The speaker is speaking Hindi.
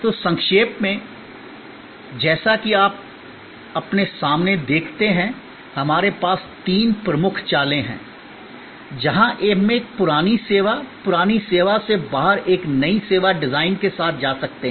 तो संक्षेप में जैसा कि आप अपने सामने देखते हैं हमारे पास तीन प्रमुख चालें हैं जहां हम एक पुरानी सेवा पुरानी सेवा से बाहर एक नई सेवा डिजाइन के साथ जा सकते हैं